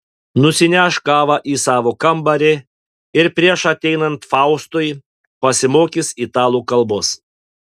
nusineš kavą į savo kambarį ir prieš ateinant faustui pasimokys italų kalbos